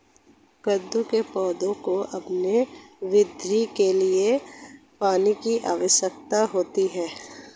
कद्दू के पौधों को अपनी वृद्धि के लिए पानी की आवश्यकता होती है